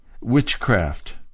Witchcraft